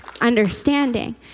understanding